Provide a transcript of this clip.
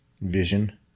Vision